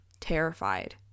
terrified